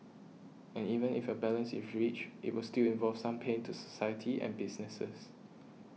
and even if a balance is reached it will still involve some pain to society and businesses